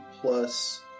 plus